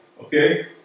Okay